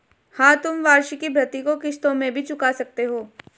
हाँ, तुम वार्षिकी भृति को किश्तों में भी चुका सकते हो